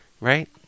Right